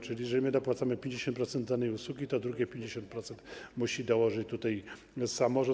Czyli jeżeli my dopłacamy 50% do danej usługi, to drugie 50% musi dołożyć samorząd.